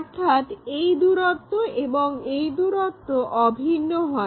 অর্থাৎ এই দূরত্ব এবং এই দূরত্ব অভিন্ন হয়